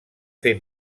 fer